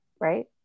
Right